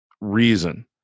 reason